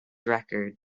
record